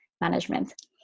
management